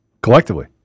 collectively